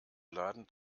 laden